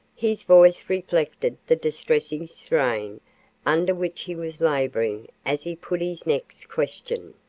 his voice reflected the distressing strain under which he was laboring as he put his next question